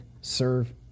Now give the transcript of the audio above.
serve